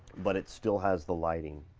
but it still has the lighting